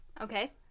Okay